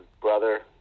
brother